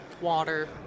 water